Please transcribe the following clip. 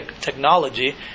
technology